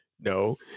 No